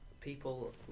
people